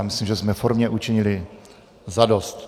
Myslím, že jsme formě učinili zadost.